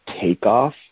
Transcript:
Takeoff